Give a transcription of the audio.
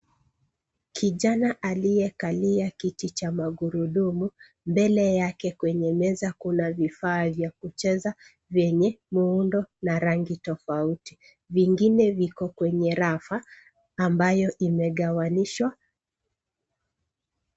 Kijana aliyekalia kitu cha magurudumu, mbele yake kwenye meza kuna vifaa vya kucheza, venye muundo, na rangi tofauti. Vingine viko kwenye rafa, ambayo imegawanyishwa.